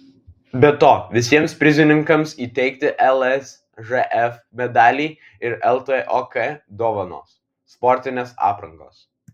be to visiems prizininkams įteikti lsžf medaliai ir ltok dovanos sportinės aprangos